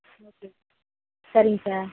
okay சரிங்க sir